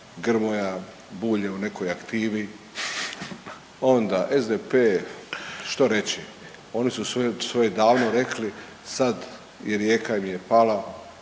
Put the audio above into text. Grmoja, Bulj je u nekoj aktivi, onda SDP što reći. Oni su svoje davno rekli, sad i Rijeka im je pala,